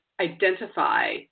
identify